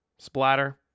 Splatter